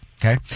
Okay